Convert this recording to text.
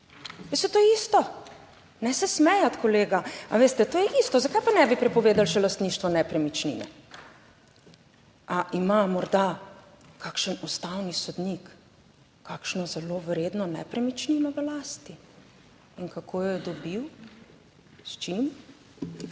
to je isto. Ne se smejati kolega, a veste, to je isto. Zakaj pa ne bi prepovedali še lastništvo nepremičnine. Ali ima morda kakšen ustavni sodnik kakšno zelo vredno nepremičnino v lasti in kako jo je dobil? S čim?